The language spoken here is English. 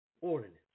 ordinance